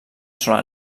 sola